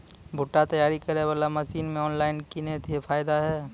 भुट्टा तैयारी करें बाला मसीन मे ऑनलाइन किंग थे फायदा हे?